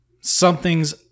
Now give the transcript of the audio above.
something's